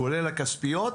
כולל הכספיות...